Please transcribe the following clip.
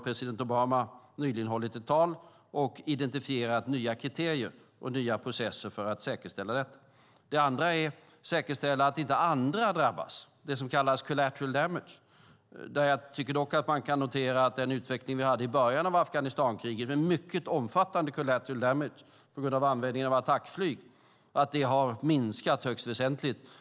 President Obama har nyligen hållit ett tal och identifierat nya kriterier och nya processer för att säkerställa detta. Det andra är att säkerställa att inte andra drabbas, det som kallas collateral damage. Där tycker jag dock att man kan notera att den utveckling med mycket omfattande collateral damage på grund av användning av attackflyg som vi hade i början av Afghanistankriget har minskat högst väsentligt.